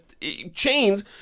chains